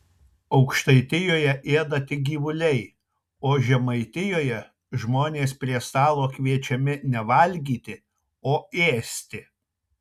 aukštaitijoje ėda tik gyvuliai o žemaitijoje žmonės prie stalo kviečiami ne valgyti o ėsti